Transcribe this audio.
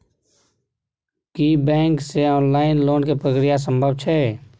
की bank से online loan के प्रक्रिया संभव छै?